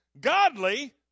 godly